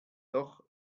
doch